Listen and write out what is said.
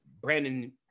Brandon